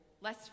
less